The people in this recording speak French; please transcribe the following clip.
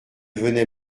venait